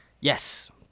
Yes